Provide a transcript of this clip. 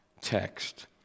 text